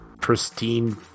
pristine